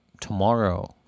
tomorrow